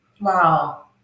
wow